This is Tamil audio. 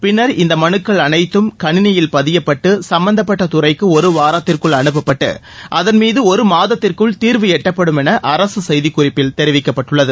பின்னர் இந்த மனுக்கள் அனைத்தும் கணினியில் பதியப்பட்டு சும்பந்தப்பட்ட துறைக்கு அருவாரத்திற்குள் அனுப்பப்பட்டு அதன்மீது ஒருமாதத்திற்குள் தீர்வு எட்டப்படும் என அரசு செய்திக்குறிப்பில் தெரிவிக்கப்பட்டுள்ளது